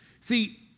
See